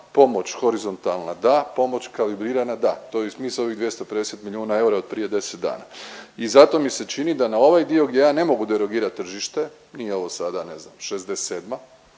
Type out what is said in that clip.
pomoć horizontalna da, pomoć kalibrirana da to je i smisao ovih 250 milijuna eura od prije 10 dana. I zato mi se čini da na ovaj dio gdje ja ne mogu derogirat tržište, nije ovo sada ne znam '67.